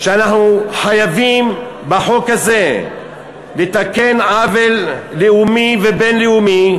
אנחנו חייבים בחוק הזה לתקן עוול לאומי ובין-לאומי,